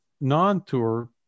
non-tour